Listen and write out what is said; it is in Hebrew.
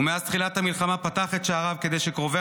ומאז תחילת המלחמה פתח את שעריו כדי שקרובי